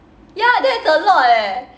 ya that's a lot eh